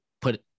put